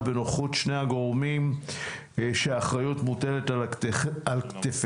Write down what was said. בנוכחות שני הגורמים שהאחריות מוטלת על כתפיהם.